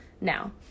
now